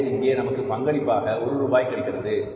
எனவே இங்கே நமக்கு பங்களிப்பாக ஒரு ரூபாய் கிடைக்கிறது